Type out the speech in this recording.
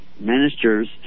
ministers